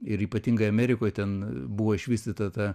ir ypatingai amerikoj ten buvo išvystyta ta